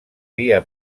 via